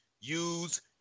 use